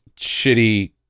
shitty